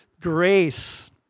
grace